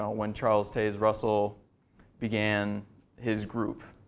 when charles taze russell began his group.